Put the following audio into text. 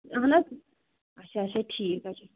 اَہَن حظ اَچھا اَچھا ٹھیٖک حظ چھُ